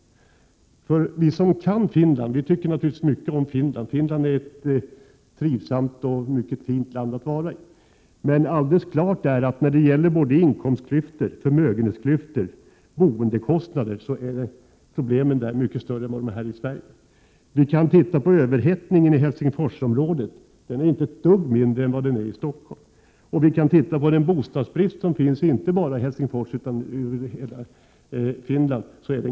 Vi som kan Finland tycker naturligtvis mycket om landet. Finland är ett trivsamt och mycket fint land att vara i. Men alldeles klart är att när det gäller både inkomstklyftor, förmögenhetsklyftor och boendekostnader så är problemen där mycket större än vad de är i Sverige. Vi kan titta på överhettningen i Helsingforsområdet. Den är inte ett dugg mindre än vad den är i Stockholm. Och vi kan konstatera att bostadsbristen är stor, inte bara i Helsingfors utan i hela Finland.